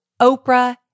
Oprah